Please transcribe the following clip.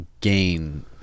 gain